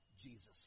Jesus